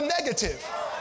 negative